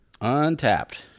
untapped